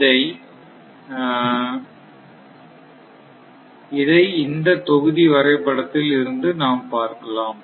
இதை என்ற தொகுதி வரைபடத்தில் இருந்து நாம் பார்க்கலாம்